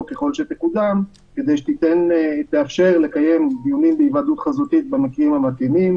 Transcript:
ככל שתקודם כדי שתאפשר לקיים דיונים בהיוועדות חזותית במקרים המתאימים,